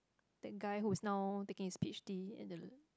that guy who's now taking his peach tea at the